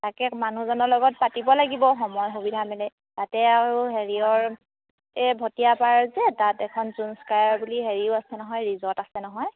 তাকে মানুহজনৰ লগত পাতিব লাগিব সময় সুবিধা মেলে তাতে আৰু হেৰিয়ৰ এই ভটিয়াপাৰ যে তাত এখন জুনস্কায়া বুলি হেৰিও আছে নহয় ৰিজৰ্ট আছে নহয়